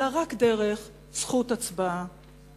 אלא רק דרך זכות הצבעה.